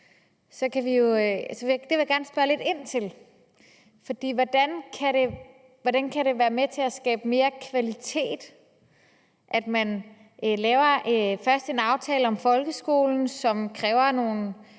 folkeskolen. Det vil jeg gerne spørge lidt ind til, fordi hvordan kan det være med til at skabe bedre kvalitet, at man først laver en aftale om folkeskolen, som kræver nogle